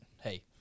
hey